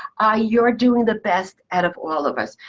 ah you're doing the best out of all of us.